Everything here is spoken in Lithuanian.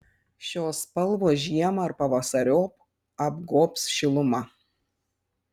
šios spalvos žiemą ir pavasariop apgobs šiluma